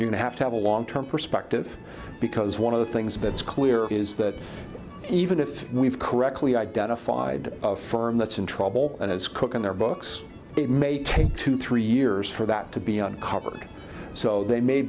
to have to have a long term perspective because one of the things that's clear is that even if we've correctly identified the firm that's in trouble and is cooking their books it may take two three years for that to be uncovered so they may